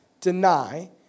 deny